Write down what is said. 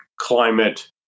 climate